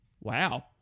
wow